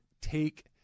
take